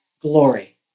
glory